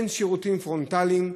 אין שירותים פרונטליים,